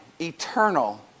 eternal